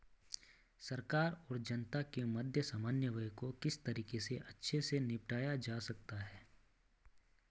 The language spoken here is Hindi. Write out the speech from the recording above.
सरकार और जनता के मध्य समन्वय को किस तरीके से अच्छे से निपटाया जा सकता है?